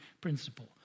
principle